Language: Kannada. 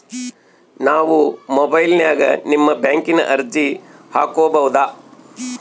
ನಾವು ಮೊಬೈಲಿನ್ಯಾಗ ನಿಮ್ಮ ಬ್ಯಾಂಕಿನ ಅರ್ಜಿ ಹಾಕೊಬಹುದಾ?